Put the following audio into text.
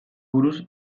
buruz